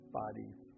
bodies